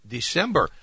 December